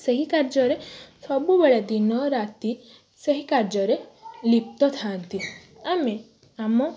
ସେହି କାର୍ଯ୍ୟରେ ସବୁବେଳେ ଦିନ ରାତି ସେହି କାର୍ଯ୍ୟରେ ଲିପ୍ତ ଥାଆନ୍ତି ଆମେ ଆମ